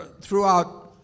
throughout